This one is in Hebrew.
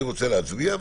אני רוצה להצביע,